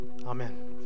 amen